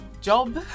job